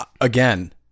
again